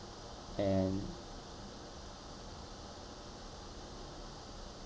and